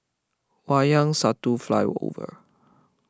Wayang Satu Flyover